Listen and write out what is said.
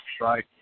right